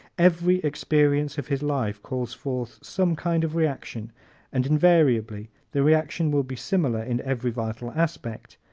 every experience of his life calls forth some kind of reaction and invariably the reaction will be similar, in every vital respect,